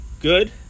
good